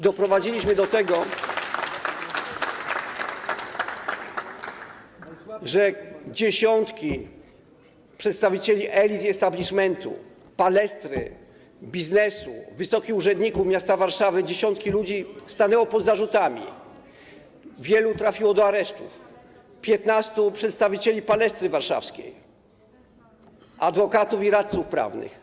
Doprowadziliśmy do tego, że dziesiątki przedstawicieli elit, establishmentu, palestry, biznesu, wysokich urzędników urzędu miasta Warszawy, dziesiątki ludzi, stanęło pod zarzutami, wielu trafiło do aresztów, 15 przedstawicieli palestry warszawskiej, adwokatów i radców prawnych.